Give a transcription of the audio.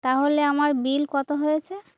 তাহলে আমার বিল কত হয়েছে